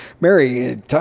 Mary